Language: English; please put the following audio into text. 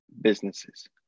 businesses